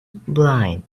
blind